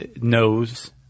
knows